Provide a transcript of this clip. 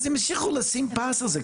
אז הם ימשיכו לשים פס על זה.